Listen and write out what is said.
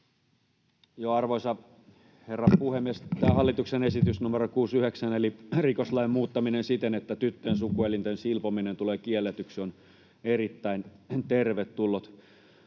Arvoisa herra puhemies! Tämä hallituksen esitys numero 69 eli rikoslain muuttaminen siten, että tyttöjen sukuelinten silpominen tulee kielletyksi, on erittäin tervetullut.